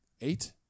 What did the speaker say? eight